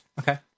okay